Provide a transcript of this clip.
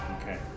Okay